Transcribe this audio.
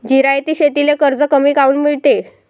जिरायती शेतीले कर्ज कमी काऊन मिळते?